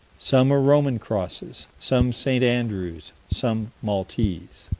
some are roman crosses, some st. andrew's, some maltese.